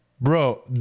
Bro